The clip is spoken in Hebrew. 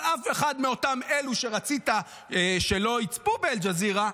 אבל אף אחד מאותם אלה שרצית שלא יצפו באל-ג'זירה,